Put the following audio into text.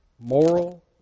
moral